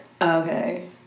Okay